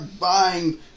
buying